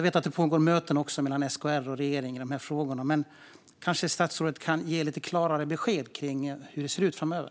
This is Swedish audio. Jag vet att det också pågår möten mellan SKR och regeringen i de här frågorna, men statsrådet kan kanske ge lite klarare besked om hur det ser ut framöver.